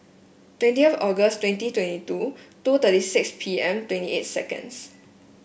twenty August twenty twenty two two thirty six P M twenty eight seconds